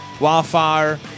Wildfire